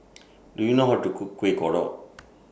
Do YOU know How to Cook Kuih Kodok